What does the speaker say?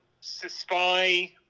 spy